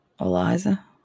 Eliza